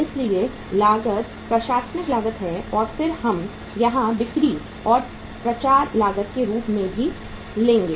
इसलिए लागत प्रशासनिक लागत है और फिर हम यहां बिक्री और प्रचार लागत के रूप में भी लेंगे